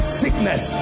sickness